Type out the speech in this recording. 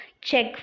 check